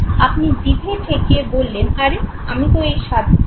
আপনি জিভে ঠেকিয়ে বললেন আরে আমি তো এই স্বাদ চিনি